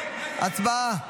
הצבעה.